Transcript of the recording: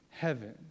heaven